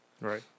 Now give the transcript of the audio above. Right